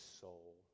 soul